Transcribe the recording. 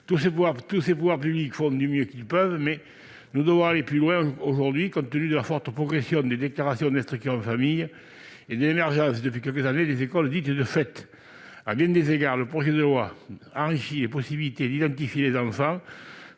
Tous ces pouvoirs publics font du mieux qu'ils peuvent, mais nous devons aller plus loin aujourd'hui compte tenu de la forte progression des déclarations d'instruction en famille et de l'émergence, depuis quelques années, des écoles « de fait ». À bien des égards, le projet de loi enrichit les possibilités d'identifier les enfants